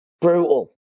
brutal